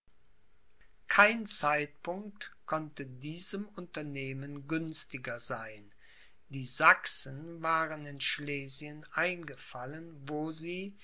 kein zeitpunkt konnte diesem unternehmen günstiger sein die sachsen waren in schlesien eingefallen wo sie